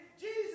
Jesus